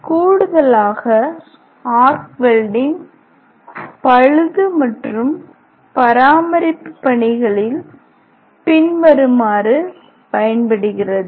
கூடுதலாக arc welding பழுது மற்றும் பராமரிப்பு பணிகளில் பின்வருமாறு பயன்படுகிறது